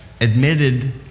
admitted